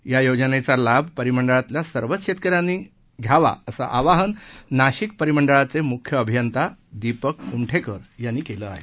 या योजनेचा लाभ परिमंडळातील सर्वच शेतकऱ्यांनी घ्यायचं आवाहन नाशिक परिमंडळाचे मुख्य अभियंता दिपक कुमठेकर यांनी केलं आहे